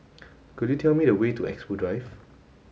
could you tell me the way to Expo Drive